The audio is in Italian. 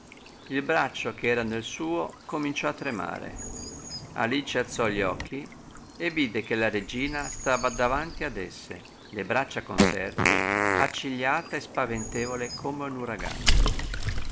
il braccio ch'era nel suo cominciò a tremare alice alzò gli occhi e vide che la regina stava davanti ad esse le braccia conserte accigliata e spaventevole come un uragano